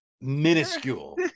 minuscule